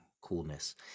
coolness